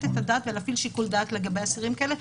את הדעת ולהפעיל שיקול דעת לגבי אסירים כאלה.